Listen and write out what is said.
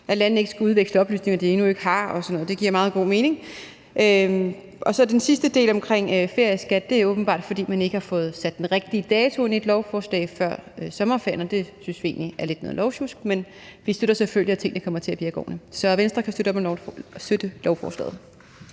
at landene ikke skal udveksle oplysninger, de endnu ikke har osv. Det giver meget god mening. Den sidste del omkring feriepengeskat er åbenbart, fordi man ikke har fået sat den rigtige dato ind i et lovforslag før sommerferien, og det synes vi egentlig lidt er noget lovsjusk. Men vi støtter selvfølgelig, at tingene kommer til at virke ordentligt. Så Venstre kan støtte lovforslaget.